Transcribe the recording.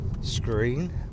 screen